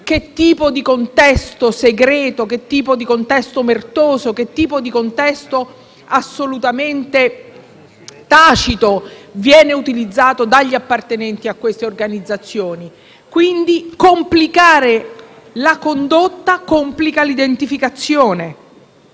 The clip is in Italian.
che tipo di contesto segreto, omertoso e assolutamente tacito viene utilizzato dagli appartenenti a queste organizzazioni. Quindi, complicare la condotta complica l'identificazione.